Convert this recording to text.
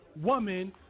woman